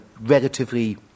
relatively